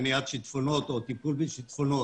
מניעת שיטפונות או טיפול בשיטפונות,